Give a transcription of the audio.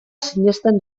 sinesten